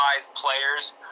players